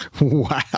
Wow